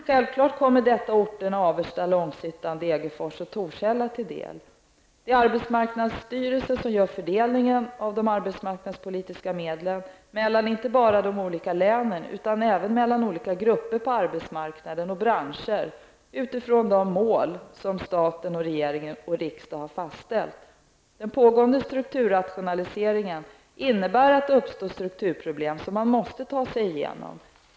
Självfallet kommer detta orterna Avesta, Det är arbetsmarknadsstyrelsen som gör fördelningen av de arbetsmarknadspolitiska medlen inte bara mellan de olika länen utan även mellan olika grupper på arbetsmarknaden och branscher utifrån de övergripande mål som statsmakterna fastställt. De pågående strukturrationaliseringarna innebär att det uppstår strukturproblem som man måste ta sig igenom.